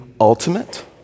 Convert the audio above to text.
ultimate